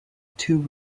two